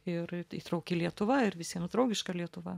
ir įtrauki lietuva ir visiems draugiška lietuva